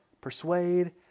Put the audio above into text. persuade